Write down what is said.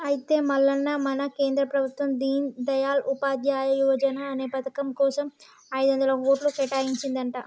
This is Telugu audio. అయితే మల్లన్న మన కేంద్ర ప్రభుత్వం దీన్ దయాల్ ఉపాధ్యాయ యువజన అనే పథకం కోసం ఐదొందల కోట్లు కేటాయించిందంట